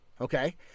okay